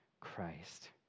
Christ